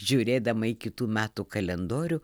žiūrėdama į kitų metų kalendorių